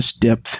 depth